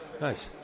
Nice